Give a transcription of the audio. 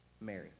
Mary